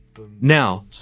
Now